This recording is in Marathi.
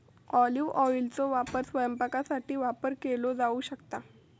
ऑलिव्ह ऑइलचो वापर स्वयंपाकासाठी वापर केलो जाऊ शकता